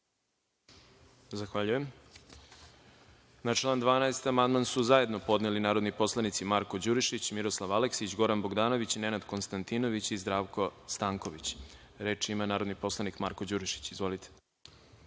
Milićević** Na član 12. amandman su zajedno podneli narodni poslanici Marko Đurišić, Miroslav Aleksić, Goran Bogdanović, Nenad Konstantinović i Zdravko Stanković. Reč ima narodni poslanik Marko Đurišić. Izvolite